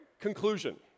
Conclusion